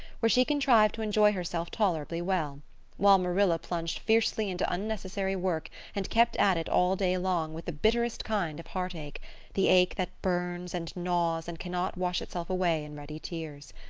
where she contrived to enjoy herself tolerably well while marilla plunged fiercely into unnecessary work and kept at it all day long with the bitterest kind of heartache the ache that burns and gnaws and cannot wash itself away in ready tears.